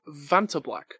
Vantablack